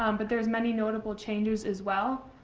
um but there's many notable changes as well.